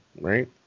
right